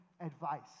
advice